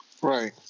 Right